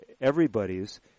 everybody's